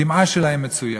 הדמעה שלהם מצויה.